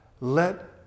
Let